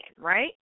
right